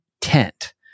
tent